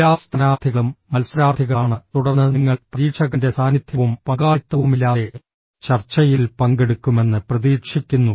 എല്ലാ സ്ഥാനാർത്ഥികളും മത്സരാർത്ഥികളാണ് തുടർന്ന് നിങ്ങൾ പരീക്ഷകന്റെ സാന്നിധ്യവും പങ്കാളിത്തവുമില്ലാതെ ചർച്ചയിൽ പങ്കെടുക്കുമെന്ന് പ്രതീക്ഷിക്കുന്നു